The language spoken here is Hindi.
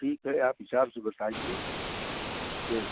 ठीक है आप हिसाब से बताइए कि